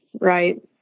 right